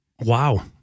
wow